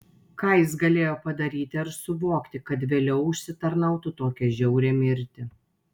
ką jis galėjo padaryti ar suvokti kad vėliau užsitarnautų tokią žiaurią mirtį